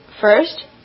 first